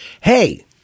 hey-